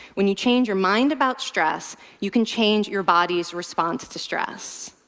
when you change your mind about stress, you can change your body's response to stress.